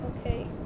Okay